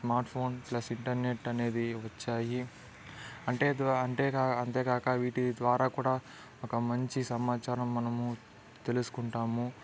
smart phone plus internet అనేది వచ్చాయి అంటే ద్వా అంతేకాక వీటి ద్వారా కూడా ఒక మంచి సమాచారం మనము తెలుసుకుంటాము